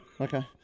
Okay